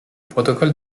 protocole